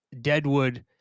deadwood